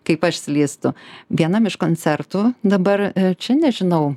kaip aš slystu vienam iš koncertų dabar čia nežinau